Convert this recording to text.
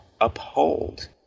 uphold